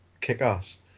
kick-ass